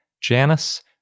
Janice